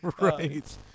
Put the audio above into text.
Right